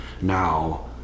now